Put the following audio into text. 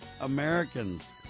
Americans